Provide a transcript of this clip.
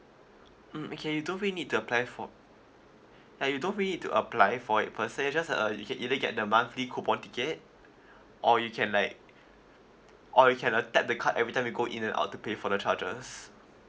mm okay you don't really need to apply for uh you don't really need to apply for it first so just uh you can either get the monthly coupon ticket or you can like or you can uh tap the card everytime you go in and out to pay for the charges